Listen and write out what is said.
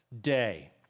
day